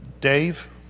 Dave